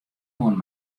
hân